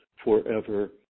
Forever